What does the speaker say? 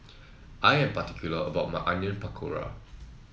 I am particular about my Onion Pakora